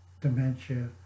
dementia